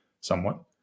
somewhat